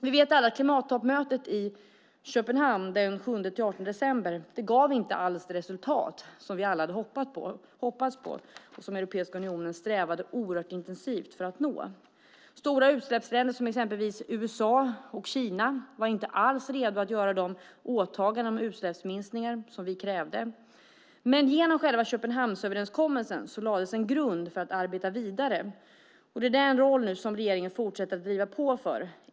Vi vet alla att klimattoppmötet i Köpenhamn den 7-18 december inte gav alls det resultat som vi alla hade hoppats på och som Europeiska unionen strävade intensivt efter för att nå. Stora utsläppsländer som USA och Kina var inte alls redo att göra de åtaganden om utsläppsminskningar som vi krävde. Men genom själva Köpenhamnsöverenskommelsen lades en grund för att arbeta vidare. Det är den roll som regeringen fortsätter att driva på för.